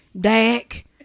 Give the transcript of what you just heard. Dak